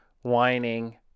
whining